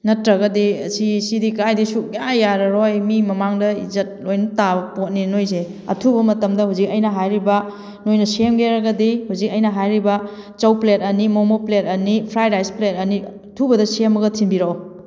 ꯅꯠꯇ꯭ꯔꯒꯗꯤ ꯁꯤ ꯁꯤꯗꯤ ꯀꯥꯏꯗꯩ ꯁꯨꯡꯌꯥ ꯌꯥꯔꯔꯣꯏ ꯃꯤ ꯃꯃꯥꯡꯗ ꯏꯖꯠ ꯂꯣꯏꯅ ꯇꯥꯕ ꯄꯣꯠꯅꯤ ꯅꯣꯏꯁꯦ ꯑꯊꯨꯕ ꯃꯇꯝꯗ ꯍꯧꯖꯤꯛ ꯑꯩꯅ ꯍꯥꯏꯔꯤꯕ ꯅꯣꯏꯅ ꯁꯦꯝꯒꯦ ꯍꯥꯏꯔꯒꯗꯤ ꯍꯧꯖꯤꯛ ꯑꯩꯅ ꯍꯥꯏꯔꯤꯕ ꯆꯧ ꯄ꯭ꯂꯦꯠ ꯑꯅꯤ ꯃꯣꯃꯣ ꯄ꯭ꯂꯦꯠ ꯑꯅꯤ ꯐ꯭ꯔꯥꯏꯠ ꯔꯥꯏꯁ ꯄ꯭ꯂꯦꯠ ꯑꯅꯤ ꯑꯊꯨꯕꯗ ꯁꯦꯝꯃꯒ ꯊꯤꯟꯕꯤꯔꯛꯎ